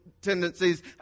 tendencies